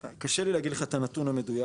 קשה לי להגיד לך את הנתון המדויק.